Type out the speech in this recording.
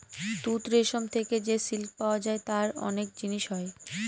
তুত রেশম থেকে যে সিল্ক পাওয়া যায় তার অনেক জিনিস হয়